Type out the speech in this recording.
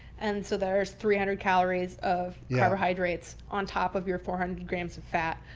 and so there's three hundred calories of yeah carbohydrates on top of your four hundred grams of fat.